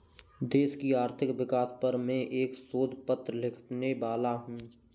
देश की आर्थिक विकास पर मैं एक शोध पत्र लिखने वाला हूँ